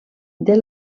del